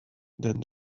then